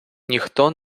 ніхто